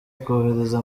kohereza